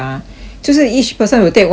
就是 each person will take one seat lah